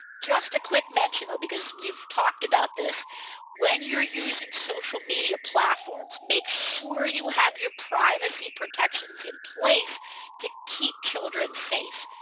just a quick mention though because we've talked about this when you're using social media platforms make you have your privacy protections in place to keep children safe.